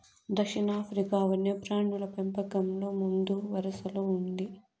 దక్షిణాఫ్రికా వన్యప్రాణుల పెంపకంలో ముందువరసలో ఉంది